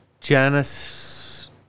Janice